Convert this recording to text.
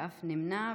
אף נמנע,